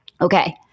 Okay